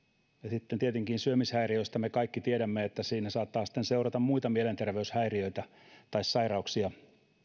ja sitten syömishäiriöistä me kaikki tietenkin tiedämme että niistä saattaa seurata muita mielenterveyshäiriöitä tai sairauksia